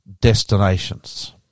destinations